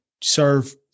serve